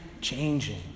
changing